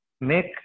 make